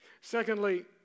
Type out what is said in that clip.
Secondly